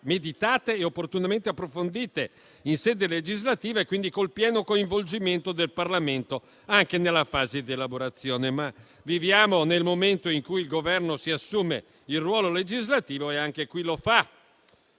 meditate e opportunamente approfondite in sede legislativa, quindi con il pieno coinvolgimento del Parlamento anche nella fase di elaborazione. Viviamo però nel momento in cui il Governo si assume il ruolo legislativo e anche qui lo fa.